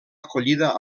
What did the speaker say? acollida